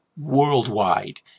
worldwide